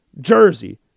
jersey